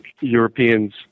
Europeans